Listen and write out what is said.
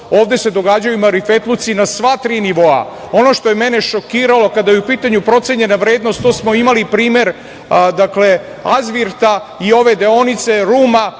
ovde se događaju marifetluci na sva tri nivoa. Ono što je mene šokiralo, kada je u pitanju procenjena vrednost, tu smo imali primer "Azvirta" i ove deonice